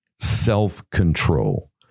self-control